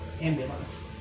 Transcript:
ambulance